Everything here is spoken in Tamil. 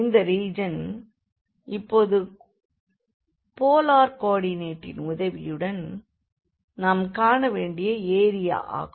இந்த ரீஜன் இப்போது போலார் கோ ஆர்டினேட்டீன் உதவியுடன் நாம் காண வேண்டிய ஏரியா ஆகும்